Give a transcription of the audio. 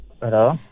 Hello